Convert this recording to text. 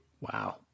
Wow